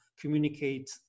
communicate